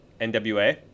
NWA